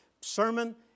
sermon